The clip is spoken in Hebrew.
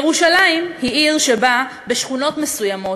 ירושלים היא עיר שבה, בשכונות מסוימות,